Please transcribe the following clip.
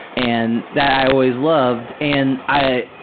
and that i always loved, and i,